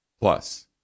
Plus